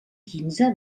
quinze